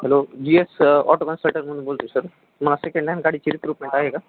hello G S auto सेन्टरमधून बोलतो आहे sir तुम्हाला सेकंड हँड गाडीची रिक्वायरमेंट आहे का